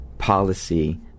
policy